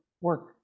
work